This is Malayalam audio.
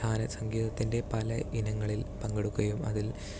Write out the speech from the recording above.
കാല സംഗീതത്തിൻ്റെ പല ഇനങ്ങളിൽ പങ്കെടുക്കുകയും അതിൽ